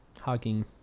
hugging